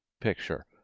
picture